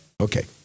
okay